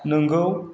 नोंगौ